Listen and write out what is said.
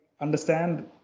understand